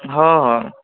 ह ह